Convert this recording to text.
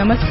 नमस्कार